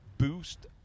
Boost